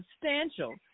substantial